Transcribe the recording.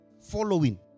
following